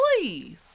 please